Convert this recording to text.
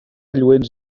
lluents